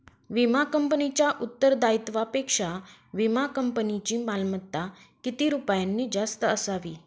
विमा कंपनीच्या उत्तरदायित्वापेक्षा विमा कंपनीची मालमत्ता किती रुपयांनी जास्त असावी?